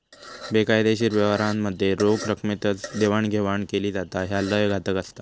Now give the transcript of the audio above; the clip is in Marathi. बेकायदेशीर व्यवहारांमध्ये रोख रकमेतच देवाणघेवाण केली जाता, ह्या लय घातक असता